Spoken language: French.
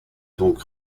donc